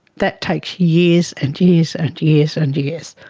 that takes years and years and years and years.